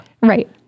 Right